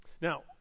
now